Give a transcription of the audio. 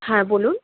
হ্যাঁ বলুন